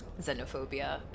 xenophobia